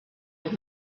old